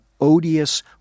odious